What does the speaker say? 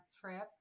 trip